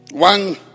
One